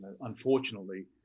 unfortunately